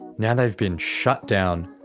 now they've been shut down,